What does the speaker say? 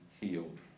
healed